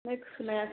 ओमफ्राय खोनायासै